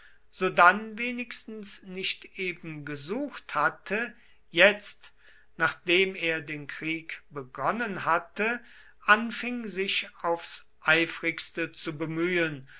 sodann wenigstens nicht eben gesucht hatte jetzt nachdem er den krieg begonnen hatte anfing sich aufs eifrigste zu bemühen